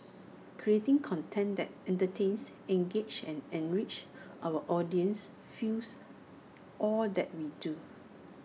creating content that entertains engages and enriches our audiences fuels all that we do